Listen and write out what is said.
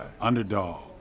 underdog